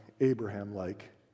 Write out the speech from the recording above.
Abraham-like